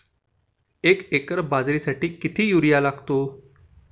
एक एकर बाजरीसाठी किती युरिया लागतो?